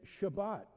Shabbat